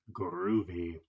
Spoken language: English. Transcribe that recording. groovy